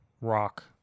rock